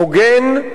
הוגן,